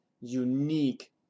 unique